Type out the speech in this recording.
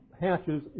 hatches